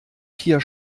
tier